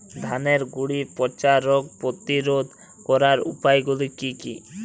ধানের গুড়ি পচা রোগ প্রতিরোধ করার উপায়গুলি কি কি?